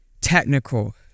technical